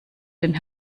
den